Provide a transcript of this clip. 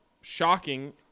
shocking